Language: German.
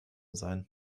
sein